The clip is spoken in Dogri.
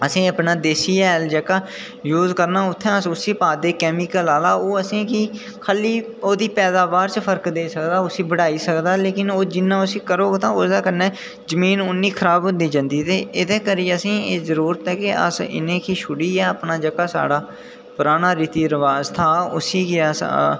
असेंगी अपना देसी हैल जेह्का यूज़ करना उत्थै अस पाने कैमिकल आह्ला ओह् असेंगी खाल्ली ओह्दी पैदावार च फर्क देई सकदा उसी बढ़ाई सकदा लेकिन ओह् जिन्ना करग ओह् जमीन उन्नी खराब होंदी जंदी ते एह् असेंगी जरूरत ऐ की अस इनेंगी छुड़ियै अपना जेह्का पराना रीति रवाज़ था उसी गी अस